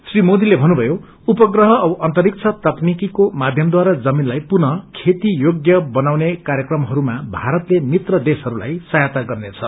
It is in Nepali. श्री मोदीले भन्नुभयो उपप्रह औ अन्तरिक्ष तकनीकिको माध्यमतारा जमीनलाई पुनः खेती योग्य बनाउने कार्यक्रमहरूमा भारतले देशहरूलाई यहायाता गर्नेछ